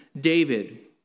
David